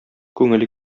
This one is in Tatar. күңеле